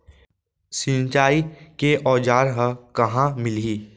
सिंचाई के औज़ार हा कहाँ मिलही?